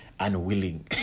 unwilling